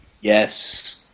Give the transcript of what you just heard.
Yes